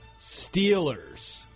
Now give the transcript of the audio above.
Steelers